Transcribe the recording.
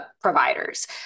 providers